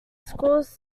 schools